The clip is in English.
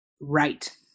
Right